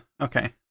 Okay